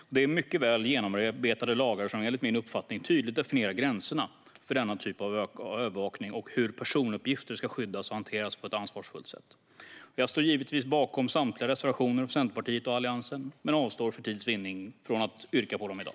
Detta är mycket väl genomarbetade lagar, som enligt min uppfattning tydligt definierar gränserna för denna typ av övervakning och hur personuppgifter ska skyddas och hanteras på ett ansvarsfullt sätt. Jag står givetvis bakom samtliga reservationer från Centerpartiet och Alliansen men avstår för tids vinnande från att yrka på dem i dag.